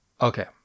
Okay